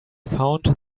found